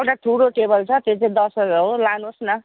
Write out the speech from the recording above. एउटा ठुलो टेबल छ त्यो चाहिँ दस हजार हो लानुहोस् न